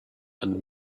and